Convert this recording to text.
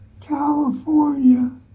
California